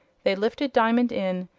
they lifted diamond in,